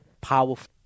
powerful